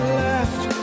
left